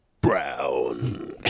Brown